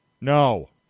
no